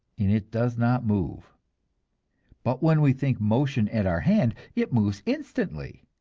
and it does not move but when we think motion at our hand, it moves instantly,